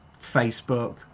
Facebook